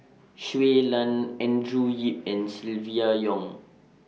Shui Lan Andrew Yip and Silvia Yong